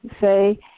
say